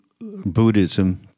Buddhism